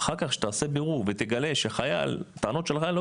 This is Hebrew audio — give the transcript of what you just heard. אחר כך כשתעשה בירור ותגלה שהטענות של החייל,